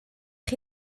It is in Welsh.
chi